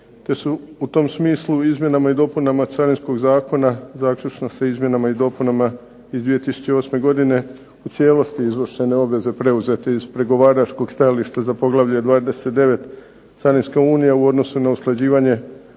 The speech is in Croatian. te su u tom smislu u izmjenama i dopunama Carinskog zakona zaključno sa izmjenama i dopunama iz 2008. godine u cijelosti izvršene obveze preuzete iz pregovaračkog stajališta za poglavlje 29. – Carinska unija u odnosu na usklađivanje